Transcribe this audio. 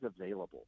available